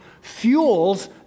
fuels